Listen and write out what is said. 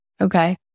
okay